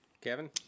Kevin